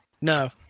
No